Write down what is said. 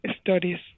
studies